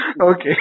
Okay